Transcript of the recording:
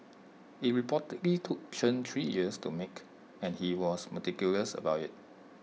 IT reportedly took Chen three years to make and he was meticulous about IT